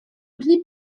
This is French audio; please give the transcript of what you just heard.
clip